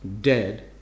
dead